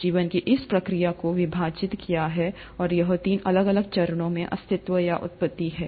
जीवन की इस प्रक्रिया को विभाजित किया है और यह तीन अलग अलग चरणों में अस्तित्व या उत्पत्ति है